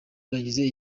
bagize